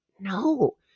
No